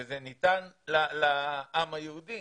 וזה ניתן לעם היהודי